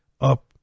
up